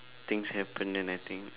things happen then I think